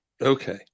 Okay